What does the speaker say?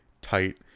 tight